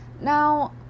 now